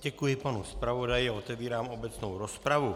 Děkuji panu zpravodaji a otevírám obecnou rozpravu.